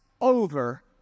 over